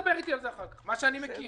תדבר איתי על זה אחר כך, על מה שאני מכיר.